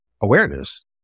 awareness